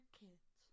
kids